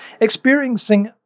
experiencing